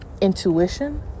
intuition